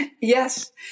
yes